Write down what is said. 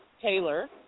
Taylor